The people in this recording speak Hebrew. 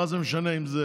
מה זה משנה אם זה